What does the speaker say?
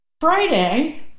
Friday